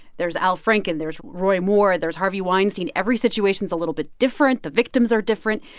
there's al franken. there's roy moore. there's harvey weinstein. every situation's a little bit different. the victims are different.